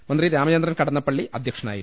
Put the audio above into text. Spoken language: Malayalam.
മന്ത്രി രാമചന്ദ്രൻ കടന്നപ്പളളി അധ്യ ക്ഷനായിരുന്നു